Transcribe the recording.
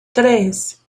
tres